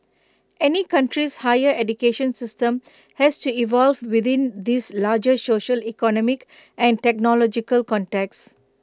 any country's higher education system has to evolve within these larger social economic and technological contexts